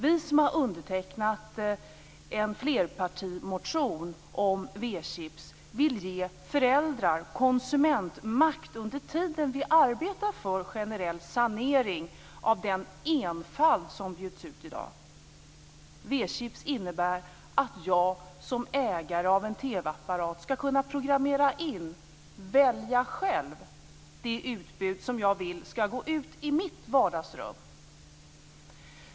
Vi som har undertecknat en flerpartimotion om V chips vill ge föräldrar konsumentmakt under tiden vi arbetar för en generell sanering av den enfald som bjuds ut i dag. V-chips innebär att jag som ägare av en TV-apparat skall kunna programmera in, välja själv, det utbud som jag vill skall gå ut i mitt vardagsrum.